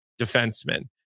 defenseman